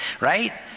right